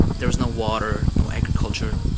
there was no water, no agriculture,